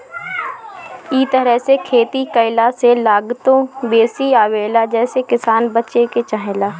इ तरह से खेती कईला से लागतो बेसी आवेला जेसे किसान बचे के चाहेला